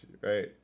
right